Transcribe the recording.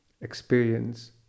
experience